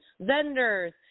vendors